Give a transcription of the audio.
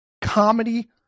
comedy